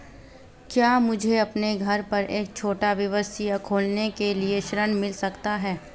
क्या मुझे अपने घर पर एक छोटा व्यवसाय खोलने के लिए ऋण मिल सकता है?